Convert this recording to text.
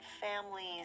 families